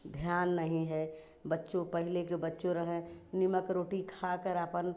ध्यान नहीं है बच्चों पहले के बच्चों रहें निमक रोटी खाकर आपन